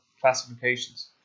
classifications